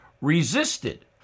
resisted